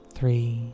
Three